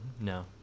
No